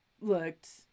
looked